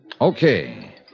Okay